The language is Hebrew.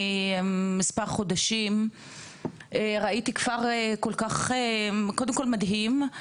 מספר חודשים ראיתי כפר שהוא קודם כל מדהים,